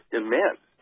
immense